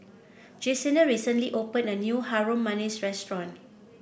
Jesenia recently opened a new Harum Manis restaurant